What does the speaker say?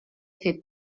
fer